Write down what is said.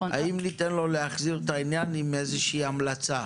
האם ניתן לו להחזיר את העניין עם איזושהי המלצה?